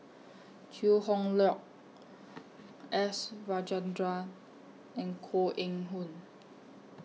Chew Hock Leong S Rajendran and Koh Eng Hoon